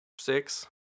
six